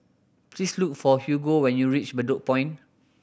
please look for Hugo when you reach Bedok Point